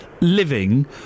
living